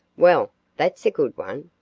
well, that's a good one.